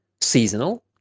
seasonal